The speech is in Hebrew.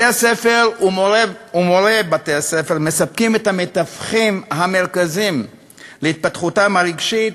בתי-הספר ומורי בתי-הספר מספקים את המתווכים המרכזיים להתפתחותם הרגשית,